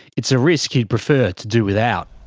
it's a risk he'd prefer to do without.